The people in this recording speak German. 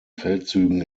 feldzügen